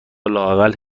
لااقل